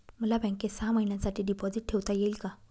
मला बँकेत सहा महिन्यांसाठी डिपॉझिट ठेवता येईल का?